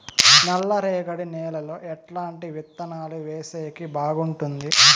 నల్లరేగడి నేలలో ఎట్లాంటి విత్తనాలు వేసేకి బాగుంటుంది?